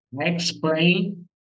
explain